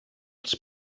els